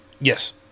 Yes